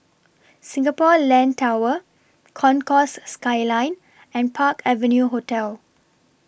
Singapore Land Tower Concourse Skyline and Park Avenue Hotel